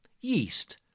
yeast